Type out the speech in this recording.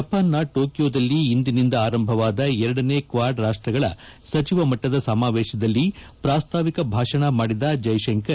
ಜಪಾನ್ನ ಟೋಕಿಯೋದಲ್ಲಿ ಇಂದಿನಿಂದ ಆರಂಭವಾದ ಎರಡನೇ ಕ್ವಾಡ್ ರಾಷ್ಟಗಳ ಸಚಿವ ಮಟ್ಟದ ಸಮಾವೇಶದಲ್ಲಿ ಪ್ರಸ್ತಾವಿಕ ಭಾಷಣ ಮಾಡಿದ ಜಯಶಂಕರ್